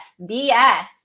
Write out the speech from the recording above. bs